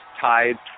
tied